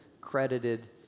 credited